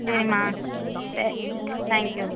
சரிம்மா வே thank you